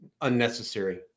unnecessary